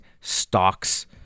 stocks